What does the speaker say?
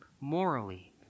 morally